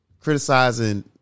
criticizing